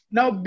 Now